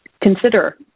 consider